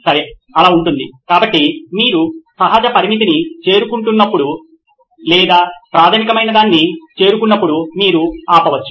సరే అలా ఉంటుంది కాబట్టి మీరు సహజ పరిమితిని చేరుకున్నప్పుడు లేదా చాలా ప్రాథమికమైనదాన్ని చేరుకున్నప్పుడు మీరు ఆపవచ్చు